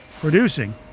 producing